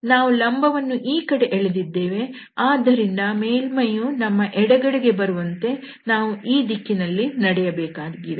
ನಾವು ಲಂಬವನ್ನು ಈ ಕಡೆ ಎಳೆದಿದ್ದೇವೆ ಆದ್ದರಿಂದ ಮೇಲ್ಮೈಯು ನಮ್ಮ ಎಡಗಡೆಗೆ ಬರುವಂತೆ ನಾವು ಈ ದಿಕ್ಕಿನಲ್ಲಿ ನಡೆಯಬೇಕಾಗಿದೆ